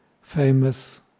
famous